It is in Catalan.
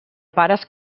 pares